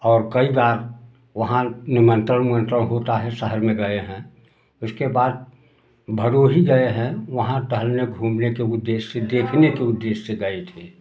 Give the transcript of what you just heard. और कई बार वहाँ निमन्त्रण उमंत्रण होता है शहर में गए हैं इसके बाद भदोही गए हैं वहाँ टहलने घूमने के उद्देश्य से देखने के उद्देश्य से गए थे